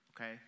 okay